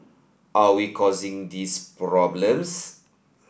are we causing these problems